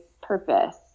purpose